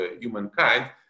humankind